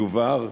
יובהר